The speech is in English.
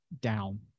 down